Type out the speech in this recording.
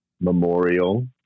memorial